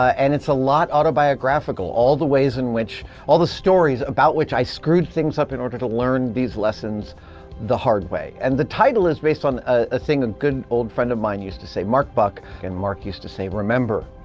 and it's a lot autobiographical. all the ways in which, all the stories about which i screwed things up in order to learn these lessons the hard way. and the title is based on a thing a and good and old friend of mine used to say, mark buck. and mark used to say, remember,